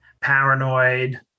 Paranoid